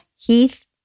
Heath